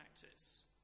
practice